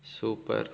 super